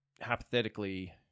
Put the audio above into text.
hypothetically